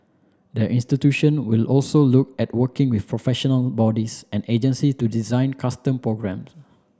the institution will also look at working with professional bodies and agency to design custom programme